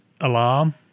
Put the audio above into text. alarm